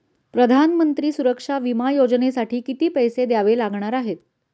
प्रधानमंत्री सुरक्षा विमा योजनेसाठी किती पैसे द्यावे लागणार आहेत?